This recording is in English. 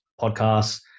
podcasts